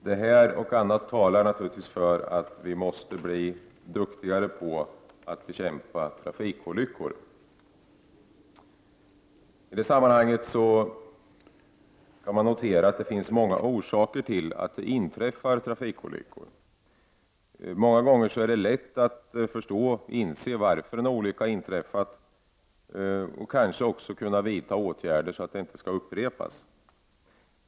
Detta och annat talar naturligtvis för att vi måste bli bättre när det gäller att bekämpa trafikolyckor. I detta sammanhang kan man notera att det finns många orsaker till trafikolyckor. Många gånger är det lätt att inse varför en olycka har inträffat och kanske också att vidta åtgärder så att den inte skall upprepas.